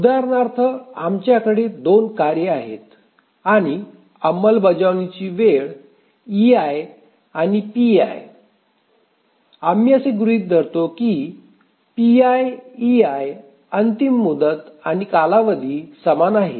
उदाहरणार्थ आमच्याकडे 2 कार्ये आहेत आणि अंमलबजावणीची वेळ ei आणि pi आणि आम्ही असे गृहीत धरतो की pi e¿ अंतिम मुदत आणि कालावधी समान आहे